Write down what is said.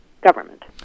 government